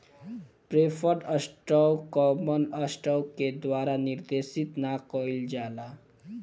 preferred stock common stock के द्वारा निर्देशित ना कइल जाला